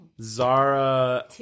Zara